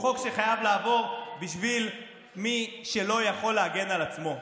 הוא חוק שחייב לעבור בשביל מי שלא יכול להגן על עצמו.